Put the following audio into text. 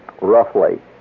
roughly